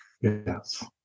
Yes